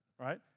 right